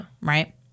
Right